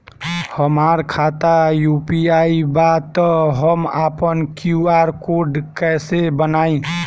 हमार खाता यू.पी.आई बा त हम आपन क्यू.आर कोड कैसे बनाई?